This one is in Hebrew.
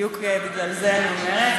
בדיוק בגלל זה אני אומרת.